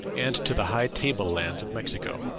and to the high table-lands of mexico.